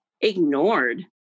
ignored